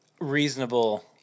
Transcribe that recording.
reasonable